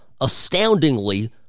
astoundingly